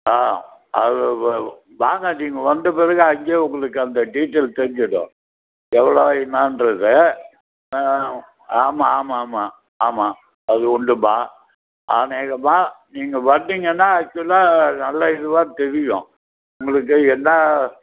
ஆ அது வாங்க நீங்கள் வந்த பிறகு அங்கே உங்களுக்கு அந்த டீடெயில்ஸ் தெரிஞ்சுடும் எவ்வளோ என்னென்றது ஆ ஆமாம் ஆமாம் ஆமாம் ஆமாம் அது உண்டுமா அனேகமாக நீங்கள் வந்திங்கனால் ஆக்சுவலாக நல்ல இதுவாக தெரியும் உங்களுக்கு என்ன